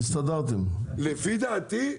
לפי דעתי,